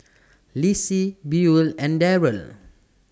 Lissie Buel and Darell